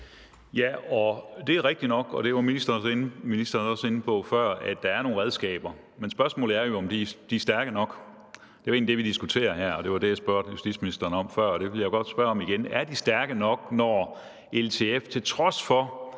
(DF): Det er rigtigt nok, og det var ministeren også inde på før, at der er nogle redskaber, men spørgsmålet er jo, om de er stærke nok. Det er egentlig det, vi diskuterer her, og det var det, jeg spurgte justitsministeren om før. Det vil jeg godt spørge om igen: Er de stærke nok, når LTF, til trods for